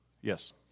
Yes